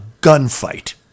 gunfight